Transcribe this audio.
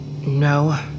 No